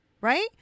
Right